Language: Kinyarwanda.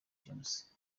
james